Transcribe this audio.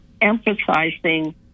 emphasizing